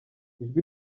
ijwi